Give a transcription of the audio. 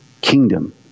kingdom